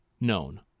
known